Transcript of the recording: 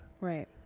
Right